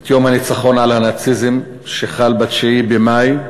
את יום הניצחון על הנאציזם שחל ב-9 במאי,